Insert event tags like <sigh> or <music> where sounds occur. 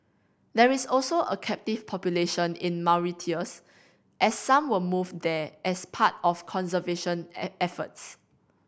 there is also a captive population in Mauritius as some were moved there as part of conservation <unintelligible> efforts